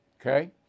Okay